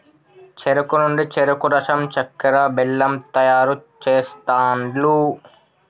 చెరుకు నుండి చెరుకు రసం చెక్కర, బెల్లం తయారు చేస్తాండ్లు